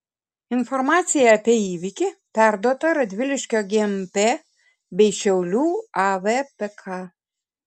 informacija apie įvykį perduota radviliškio gmp bei šiaulių avpk